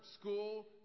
school